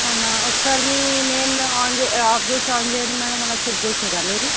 అవునా ఒకసారి మీ మెయిన్ ఆన్ ఆఫ్ చేసి ఆన్ చేయండి మేడం అలా చెక్ చేసిర్రా మీరు